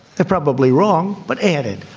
they're probably wrong, but added.